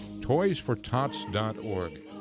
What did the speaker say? toysfortots.org